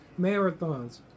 marathons